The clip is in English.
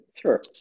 Sure